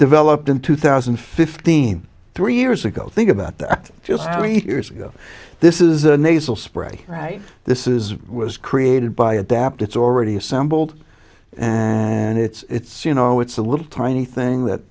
developed in two thousand and fifteen three years ago think about that just three years ago this is a nasal spray right this is was created by adapt it's already assembled and it's you know it's a little tiny thing that